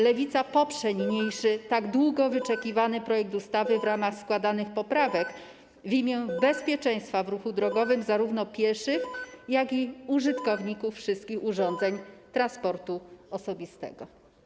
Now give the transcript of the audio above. Lewica poprze niniejszy, tak długo wyczekiwany projekt ustawy w ramach składanych poprawek w imię bezpieczeństwa w ruchu drogowym zarówno pieszych, jak i użytkowników wszystkich urządzeń transportu osobistego.